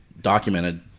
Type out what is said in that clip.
documented